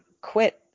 quit